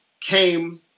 came